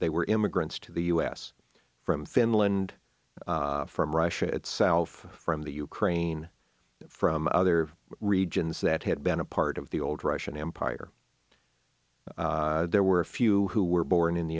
they were immigrants to the us from finland from russia itself from the ukraine from other regions that had been a part of the old russian empire there were a few who were born in the